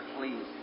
please